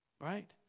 right